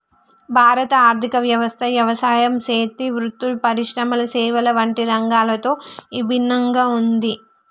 భారత ఆర్థిక వ్యవస్థ యవసాయం సేతి వృత్తులు, పరిశ్రమల సేవల వంటి రంగాలతో ఇభిన్నంగా ఉంది